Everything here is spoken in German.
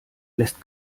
lässt